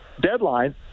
deadline